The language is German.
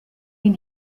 ihn